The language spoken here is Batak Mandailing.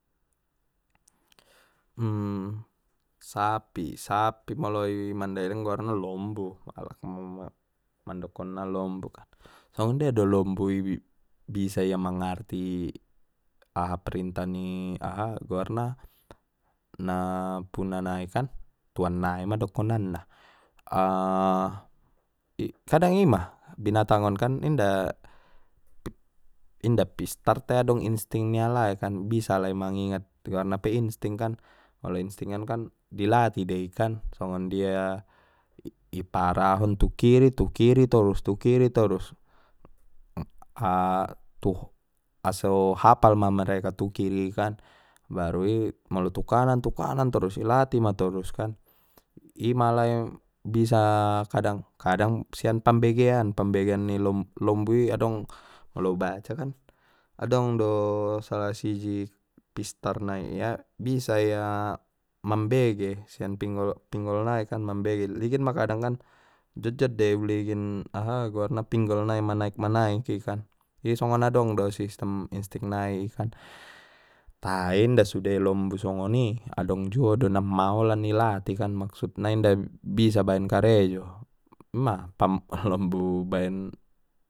sapi sapi molo i mandailing guarna lombu mandokonna lombu songondia do lombu i bisa ia mangarti aha perintah aha goarna na puna nai kan tuan nai ma dokonanna kadang ima binatang on kan inda inda pistar tai adong insting ni alai kan goarna pe insting molo insting on kan di latih dei kan songon dia i paarahon tu kiri tu kiri torus tu kiri torus tu aso hapal ma mereka tu kiri kan baru i molo tu kanan tu kanan torus ilatih ma toruskan ima lai bisa kadang, kadang sian pambegean pambegean ni lombu i molo ubaca kan adong do salah siji pistar na ia bisa ia mambege sian pinggol pinggol nai kan mambege ligin ma kadang kan jotjot de i uligin aha goarna pinggol nai manaek manaek i kan i songon adong do sistem insting nai i kan tai inda sude lombu songoni adong juo do na maolan ilatihkan maksudna inda bisa baen karejo ima lombu baen.